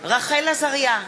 רחל עזריה,